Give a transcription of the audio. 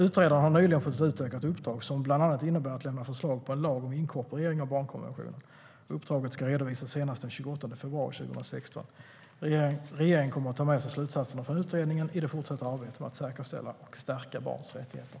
Utredaren har nyligen fått ett utökat uppdrag som bland annat innebär att lämna förslag på en lag om inkorporering av barnkonventionen. Uppdraget ska redovisas senast den 28 februari 2016. Regeringen kommer att ta med sig slutsatserna från utredningen i det fortsatta arbetet med att säkerställa och stärka barns rättigheter.